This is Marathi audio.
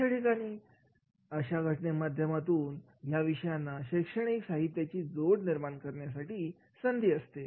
या ठिकाणी अशा घटनेच्या माध्यमातून या विषयांना शैक्षणिक साहित्याची जोड निर्माण करण्यासाठी संधी असते